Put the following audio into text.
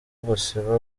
gusiba